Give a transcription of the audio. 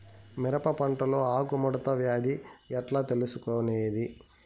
మిరప పంటలో ఆకు ముడత వ్యాధి ఎట్లా తెలుసుకొనేది?